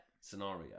scenario